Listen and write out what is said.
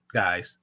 guys